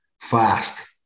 fast